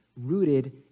rooted